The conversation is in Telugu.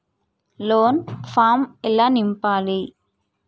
లోన్ ఫామ్ ఎలా నింపాలి?